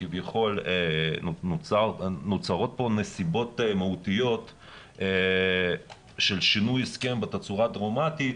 שכביכול נוצרות פה נסיבות מהותיות של שינוי הסכם בצורה דרמטית,